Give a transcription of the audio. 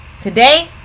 Today